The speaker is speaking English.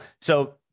So-